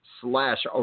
slash